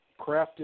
crafted